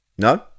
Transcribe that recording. No